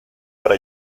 para